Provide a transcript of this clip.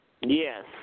Yes